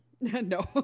No